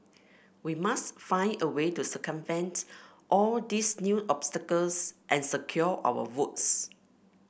we must find a way to circumvent all these new obstacles and secure our votes